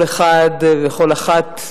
כל אחד וכל אחת,